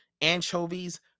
anchovies